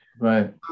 Right